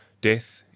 death